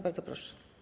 Bardzo proszę.